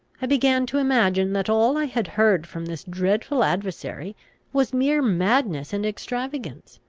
i began to imagine that all i had heard from this dreadful adversary was mere madness and extravagance,